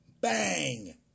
bang